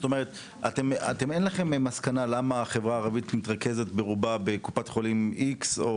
זאת אומרת שאין לכם מסקנה למה החברה הערבית מתרכזת ברובה בקופת חולים X?